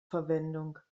verwendung